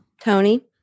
Tony